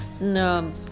no